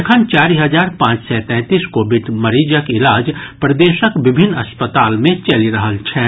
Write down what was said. एखन चारि हजार पांच सय तैंतीस कोविड मरीजक इलाज प्रदेशक विभिन्न अस्पताल मे चलि रहल छनि